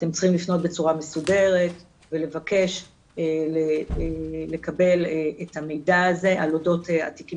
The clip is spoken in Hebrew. אתם צריכים לפנות בצורה מסודרת ולבקש ולקבל את המידע הזה על אודות התיקים